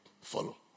Follow